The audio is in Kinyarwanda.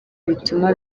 bituma